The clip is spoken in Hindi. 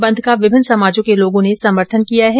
बंद का विभिन्न समाजों के लोगों ने समर्थन किया है